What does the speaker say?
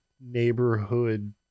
neighborhood